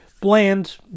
bland